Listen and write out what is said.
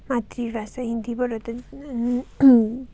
मातृभाषा हिन्दीबाट